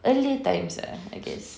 early times ah I guess